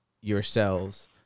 yourselves